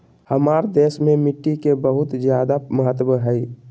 हमार देश में मिट्टी के बहुत जायदा महत्व हइ